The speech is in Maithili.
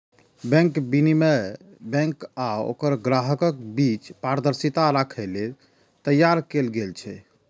बैंक विनियमन बैंक आ ओकर ग्राहकक बीच पारदर्शिता राखै लेल तैयार कैल गेल छै